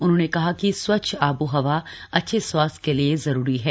उन्होंने कहा कि स्वस्छ आबोहवा अच्छे स्वास्थ्य के लिए जरूरी है